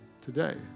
today